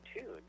tune